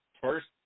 first